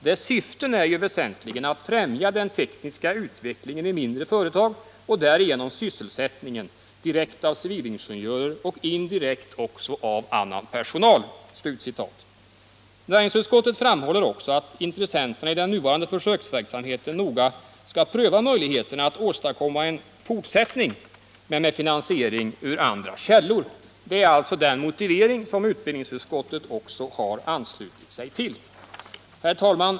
”Dess syfte är ju väsentligen att främja den tekniska utvecklingen i mindre företag och därigenom sysselsättningen, direkt av civilingenjörer och indirekt också av annan personal.” Näringsutskottet förutsätter även att intressenterna i den nuvarande försöksverksamheten noga prövar möjligheterna att åstadkomma en fortsättning av den med finansiering ur andra källor. Detta är alltså den motivering som utbildningsutskottet också har anslutit sig till. Herr talman!